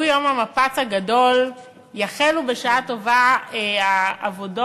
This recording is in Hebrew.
הוא יום המפץ הגדול, יחלו בשעה טובה העבודות